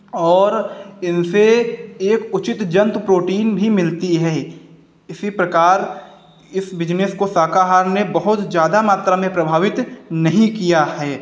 और इनसे एक उचित जन्तु प्रोटीन भी मिलती है इसी प्रकार इस बिज़नेस को शाकाहार ने बहुत ज़्यादा मात्रा में प्रभावित नहीं किया है